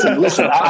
listen